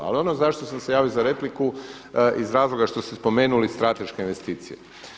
Ali ono zašto sam se javio za repliku iz razloga što ste spomenuli strateške investicije.